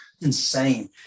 insane